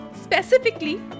Specifically